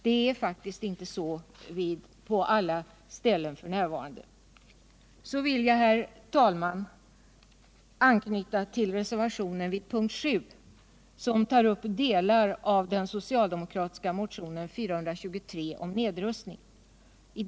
Det är faktiskt inte så på alla ställen f.n. Så vill jag, herr talman, anknyta till reservationen 1 vid punkten 7, som tar upp delar av den socialdemokratiska motionen 423 om nedrustning.